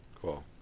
cool